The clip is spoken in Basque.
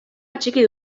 atxiki